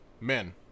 men